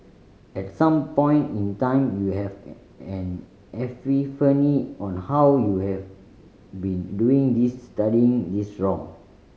at some point in time you have an an epiphany on how you have been doing this studying this wrong